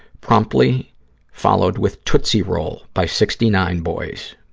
promptly followed with tootsee roll by sixty nine boyz.